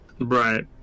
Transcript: right